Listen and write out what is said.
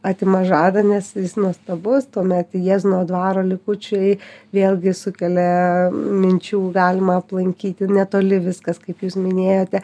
atima žadą nes jis nuostabus tuomet jiezno dvaro likučiai vėlgi sukelia minčių galima aplankyti netoli viskas kaip jūs minėjote